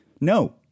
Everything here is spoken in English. No